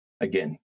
Again